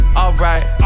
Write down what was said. alright